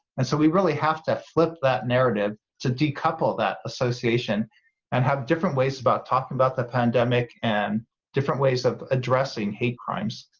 and so we really have to flip that narrative to decouple that association and have different ways about talking about the pandemic and different ways of addressing hate crimes.